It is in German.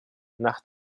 nach